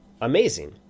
amazing